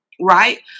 right